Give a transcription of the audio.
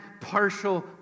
partial